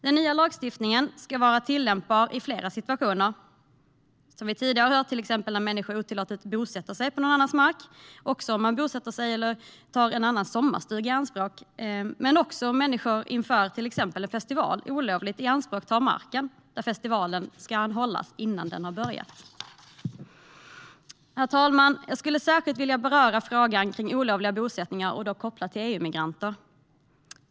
Den nya lagstiftningen ska vara tillämpbar i flera situationer, till exempel när människor otillåtet bosätter sig på någon annans mark, när någon bosätter sig eller tar en sommarstuga i anspråk samt när människor inför exempelvis en festival olagligt ianspråktar marken där festivalen ska hållas innan den har börjat. Herr talman! Jag skulle särskilt vilja beröra frågan om olagliga bosättningar kopplat till EU-migranter.